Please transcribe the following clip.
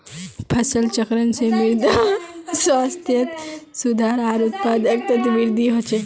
फसल चक्रण से मृदा स्वास्थ्यत सुधार आर उत्पादकतात वृद्धि ह छे